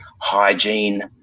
hygiene